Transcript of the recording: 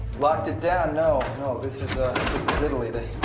locked it down? no. no. this is italy they.